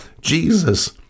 Jesus